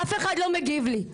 אף אחד לא מגיב לי.